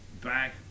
Back